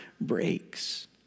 breaks